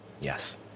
Yes